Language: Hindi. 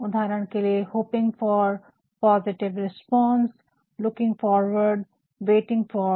उदाहरण के लिए hoping for positive response looking forward waiting for